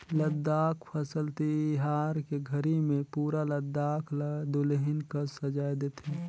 लद्दाख फसल तिहार के घरी मे पुरा लद्दाख ल दुलहिन कस सजाए देथे